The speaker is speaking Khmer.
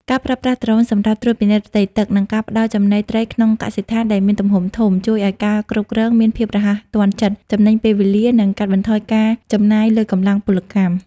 ការប្រើប្រាស់ដ្រូនសម្រាប់ត្រួតពិនិត្យផ្ទៃទឹក និងការផ្ដល់ចំណីត្រីក្នុងកសិដ្ឋានដែលមានទំហំធំ ជួយឱ្យការគ្រប់គ្រងមានភាពរហ័សទាន់ចិត្ត ចំណេញពេលវេលា និងកាត់បន្ថយការចំណាយលើកម្លាំងពលកម្ម។